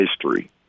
history